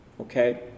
Okay